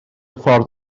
ffordd